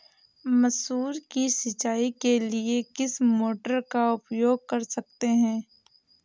मसूर की सिंचाई के लिए किस मोटर का उपयोग कर सकते हैं?